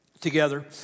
together